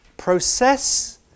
Process